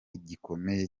gikomeye